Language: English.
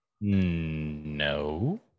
No